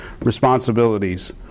responsibilities